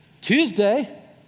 Tuesday